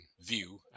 view